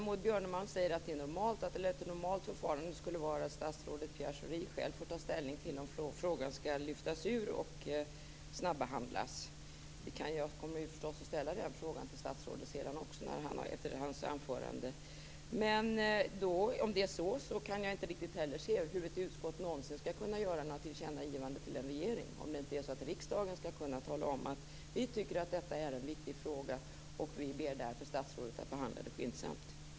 Maud Björnemalm säger att ett normalt förfarande skulle vara att statsrådet Pierre Schori själv får ta ställning till om frågan skall lyftas ur och snabbehandlas. Jag kommer ju förstås att ställa den frågan till statsrådet sedan efter hans anförande. Men om det är så kan jag inte riktigt se hur ett utskott någonsin skall kunna göra några tillkännagivanden till en regering, om det inte är så att riksdagen skall kunna tala om att vi tycker att detta ärende är en viktig fråga och därför ber statsrådet att behandla det skyndsamt.